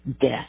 death